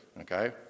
Okay